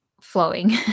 flowing